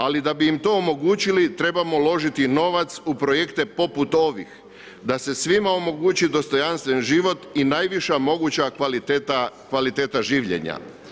Ali da bi im to omogućili, trebamo uložiti novac u projekte poput ovih, da sve svima omogući dostojanstven život i najviša moguća kvaliteta življenja.